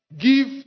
give